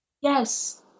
yes